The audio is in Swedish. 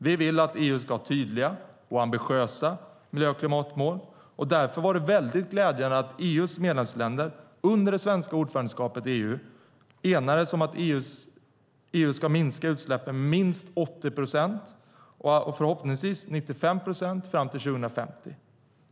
Vi vill att EU ska ha tydliga och ambitiösa miljö och klimatmål, och därför var det väldigt glädjande att EU:s medlemsländer under det svenska ordförandeskapet i EU enades om att EU ska minska utsläppen med minst 80 procent och förhoppningsvis 95 procent fram till 2050.